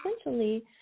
essentially